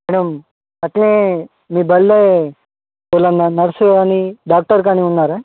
madam అట్లనే మీ బళ్ళో పలానా నర్సు గానీ డాక్టర్ కాని ఉన్నారా